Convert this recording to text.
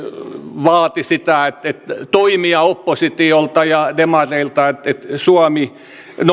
vaati toimia oppositiolta ja demareilta että suomi